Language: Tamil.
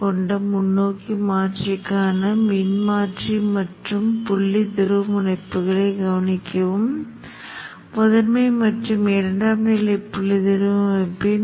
சில சமயங்களில் நீங்கள் ஒரு வெள்ளை பின்னணி மற்றும் கருப்பு கட்டம் கோடுகள் மற்றும் அலை வடிவங்கள் மற்றும் வண்ணத்தில் இருப்பதற்கு முன்னுரிமை கொடுப்பீர்கள்